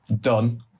done